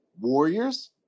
Warriors